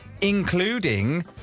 including